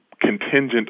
contingent